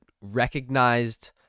recognized